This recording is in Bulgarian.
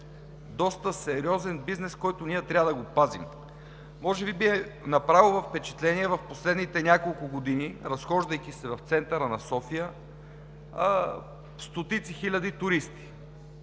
доста сериозен бизнес, който ние трябва да пазим. Може би са Ви направили впечатление в последните няколко години, разхождайки се в центъра на София, стотиците хиляди туристи.